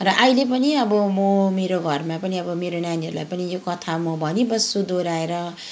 र अहिले पनि अब म मेरो घरमा पनि अब मेरो नानीहरूलाई पनि यो कथा म भनिबस्छु दोहोऱ्याएर